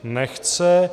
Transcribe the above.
Nechce.